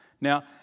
Now